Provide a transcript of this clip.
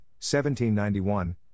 1791